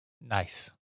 nice